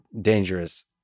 dangerous